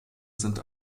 sind